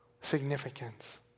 significance